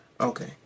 okay